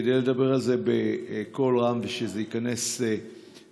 כדי לדבר על זה בקול רם ושזה ייכנס לפרוטוקול.